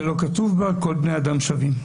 שלא כתוב בה שכל בני האדם שווים.